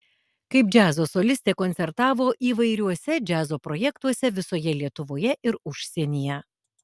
kaip džiazo solistė koncertavo įvairiuose džiazo projektuose visoje lietuvoje ir užsienyje